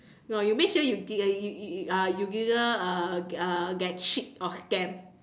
no you make sure you you you you uh you either uh uh get cheat or scam